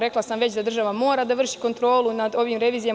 Rekla sam već da država mora da vrši kontrolu nad ovim revizijama.